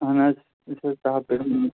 آہَن حظ أسۍ حظ چھِ ٹہاب پیٚٹھٕ